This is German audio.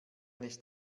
nicht